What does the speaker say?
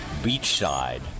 beachside